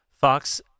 Fox